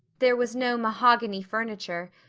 there was no mahogany furniture,